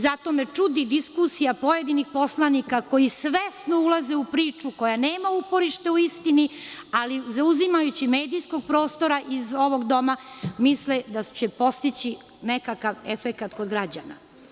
Zato me čudi diskusija pojedinih poslanika koji svesno ulaze u priču koja nema uporište u istini, ali zauzimajući medijskog prostora iz ovog doma misle da će postići nekakav efekat kod građana.